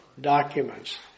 documents